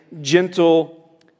gentle